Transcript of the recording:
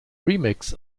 remix